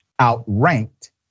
outranked